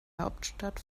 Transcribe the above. hauptstadt